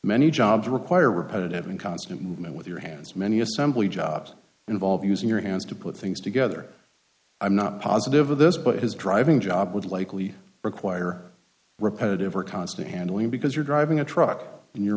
many jobs require repetitive and constant movement with your hands many assembly jobs involve using your hands to put things together i'm not positive of this but his driving job would likely require repetitive or constant handling because you're driving a truck and you're